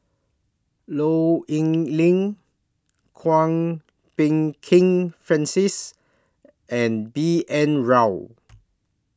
Low Yen Ling Kwok Peng Kin Francis and B N Rao